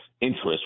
interest